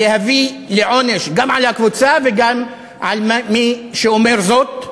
להביא לעונש גם על הקבוצה וגם על מי שאומר זאת.